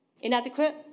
Inadequate